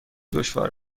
دشوار